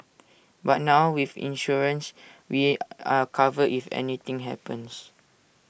but now with insurance we are covered if anything happens